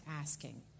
asking